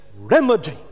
remedy